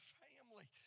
family